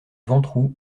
ventroux